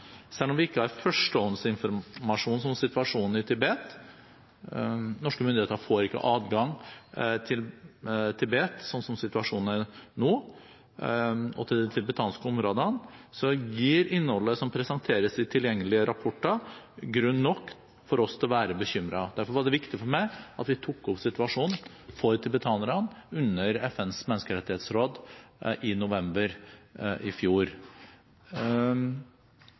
Selv om vi ikke har førstehåndsinformasjon om situasjonen i Tibet – norske myndigheter får ikke adgang til Tibet og de tibetanske områdene sånn som situasjonen er nå – gir innholdet som presenteres i tilgjengelige rapporter, grunn nok for oss til å være bekymret. Derfor var det viktig for meg at vi tok opp situasjonen for tibetanerne under møtet i FNs menneskerettighetsråd i november i fjor.